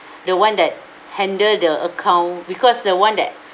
the one that handle the account because the one that